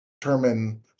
determine